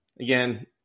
Again